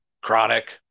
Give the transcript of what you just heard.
chronic